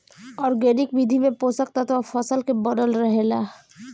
organic विधि में पोषक तत्व फसल के बनल रहेला